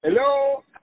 Hello